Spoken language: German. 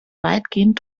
weitgehend